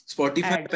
Spotify